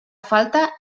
falta